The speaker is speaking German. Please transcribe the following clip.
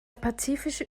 pazifische